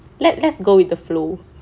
let let's go with the flow